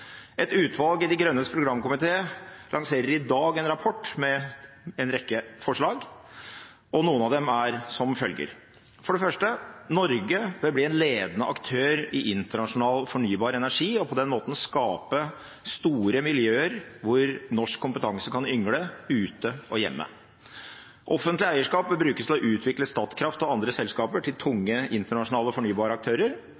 Et utvalg i Miljøpartiet De Grønnes programkomité lanserer i dag en rapport med en rekke forslag, og noen av dem er som følger: For det første: Norge bør bli en ledende aktør i internasjonal fornybar energi og på den måten skape store miljøer der norsk kompetanse kan yngle – ute og hjemme. Offentlig eierskap bør brukes til å utvikle Statkraft og andre selskaper til